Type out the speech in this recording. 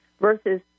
versus